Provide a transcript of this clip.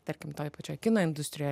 tarkim toj pačioj kino industrijoj